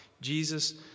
Jesus